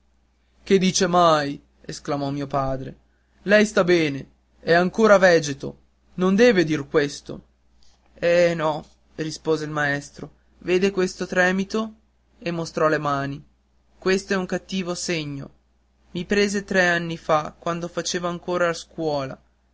che dice mai esclamò mio padre lei sta bene è ancora vegeto non deve dir questo eh no rispose il maestro vede questo tremito e mostrò le mani questo è un cattivo segno i prese tre anni fa quando facevo ancora scuola